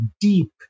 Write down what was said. deep